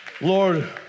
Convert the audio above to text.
Lord